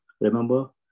Remember